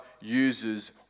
uses